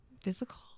physical